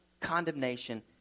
condemnation